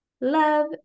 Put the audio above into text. love